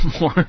More